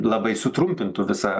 labai sutrumpintų visą